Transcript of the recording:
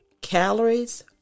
calories